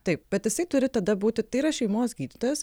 taip bet jisai turi tada būti tai yra šeimos gydytojas